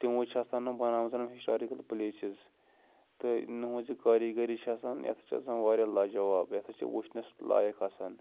تِمو چھِ آسان بَنامَژٕ ہِسٹارِکَل پٕلیسِز تہٕ یِہٕنٛز یہِ کاری گری چھِ آسان یہِ ہَسا چھِ آسان واریاہ لاجواب یہِ ہَسا چھِ وٕچھںَس لایق آسان